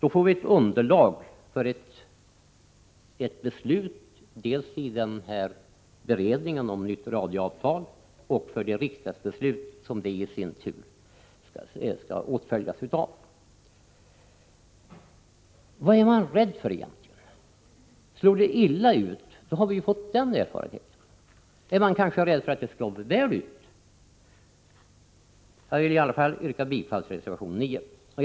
Då får vi ett underlag för ett beslut dels i beredningen om ett radioavtal, dels det riksdagsbeslut som detta i sin tur skall åtföljas av. Vad är man egentligen rädd för? Slår det illa ut så har vi fått den erfarenheten. Är man kanske rädd för att det skall slå väl ut? Jag vill i alla fall yrka bifall till reservation 9.